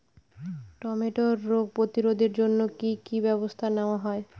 টমেটোর রোগ প্রতিরোধে জন্য কি কী ব্যবস্থা নেওয়া হয়?